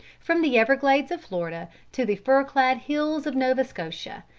from the everglades of florida to the firclad hills of nova scotia,